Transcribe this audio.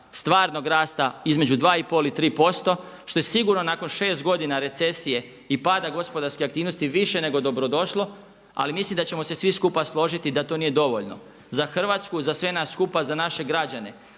stvarnog rasta između 2,5 i 3% što je sigurno nakon 6 godina recesije i pada gospodarskih aktivnosti više nego dobrodošlo ali mislim da ćemo se svi skupa složiti da to nije dovoljno, za Hrvatsku, za sve nas skupa, za naše građane.